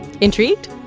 Intrigued